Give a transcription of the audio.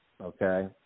okay